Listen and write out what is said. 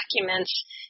documents